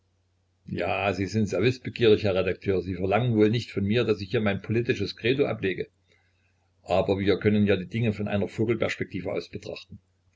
ja sie sind sehr wißbegierig herr redakteur sie verlangen wohl nicht von mir daß ich hier mein politisches credo ablege aber wir können ja die dinge von einer vogelperspektive aus betrachten